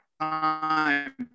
time